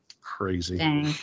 crazy